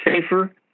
Safer